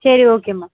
சரி ஓகேம்மா